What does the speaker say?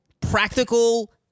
practical